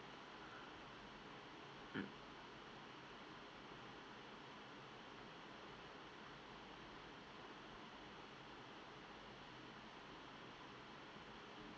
mm